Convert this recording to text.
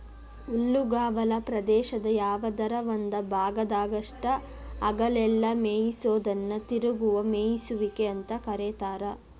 ಹುಲ್ಲುಗಾವಲ ಪ್ರದೇಶದ ಯಾವದರ ಒಂದ ಭಾಗದಾಗಷ್ಟ ಹಗಲೆಲ್ಲ ಮೇಯಿಸೋದನ್ನ ತಿರುಗುವ ಮೇಯಿಸುವಿಕೆ ಅಂತ ಕರೇತಾರ